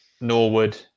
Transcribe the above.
Norwood